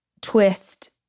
twist